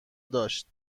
داشت